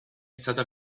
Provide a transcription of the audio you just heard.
stata